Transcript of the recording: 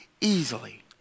easily